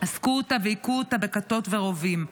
אזקו אותה והיכו אותה בכתות ורובים.